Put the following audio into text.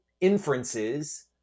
inferences